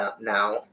now